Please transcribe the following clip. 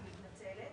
אני מתנצלת